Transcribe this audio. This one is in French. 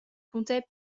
comptait